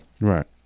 Right